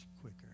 quicker